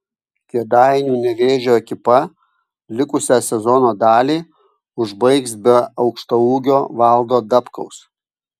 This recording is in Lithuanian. kėdainių nevėžio ekipa likusią sezono dalį užbaigs be aukštaūgio valdo dabkaus